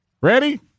Ready